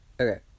Okay